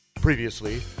Previously